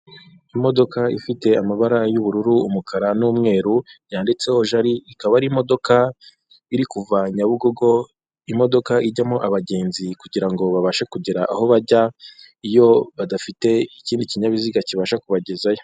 Imodoka ifite amabara y'ubururu, umukara n'umweru yanditseho Jali, ikaba ari imodoka iri kuva Nyabugogo, imodoka ijyamo abagenzi kugira ngo babashe kugera aho bajya, iyo badafite ikindi kinyabiziga kibasha kubagezayo.